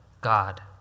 God